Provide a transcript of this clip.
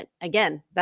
Again